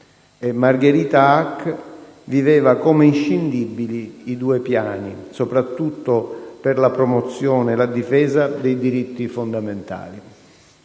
Margherita Hack viveva come inscindibili i due piani, soprattutto per la promozione e la difesa dei diritti fondamentali.